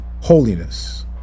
holiness